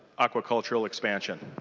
aquaculture expansion.